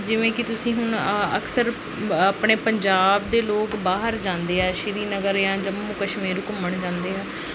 ਜਿਵੇਂ ਕਿ ਤੁਸੀਂ ਹੁਣ ਅਕਸਰ ਆਪਣੇ ਪੰਜਾਬ ਦੇ ਲੋਕ ਬਾਹਰ ਜਾਂਦੇ ਆ ਸ਼੍ਰੀਨਗਰ ਜਾਂ ਜੰਮੂ ਕਸ਼ਮੀਰ ਘੁੰਮਣ ਜਾਂਦੇ ਆ